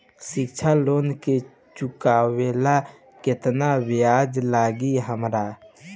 शिक्षा लोन के चुकावेला केतना ब्याज लागि हमरा?